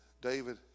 David